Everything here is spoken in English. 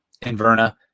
Inverna